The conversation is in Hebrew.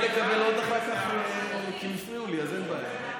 אבל רגע,